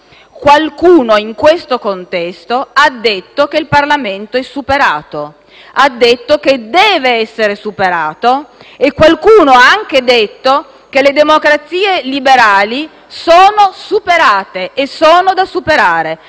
superato, che deve essere superato. Qualcuno ha anche detto che le democrazie liberali sono superate e sono da superare. È allora in questo contesto che, senza titoli e senza ragioni,